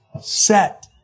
set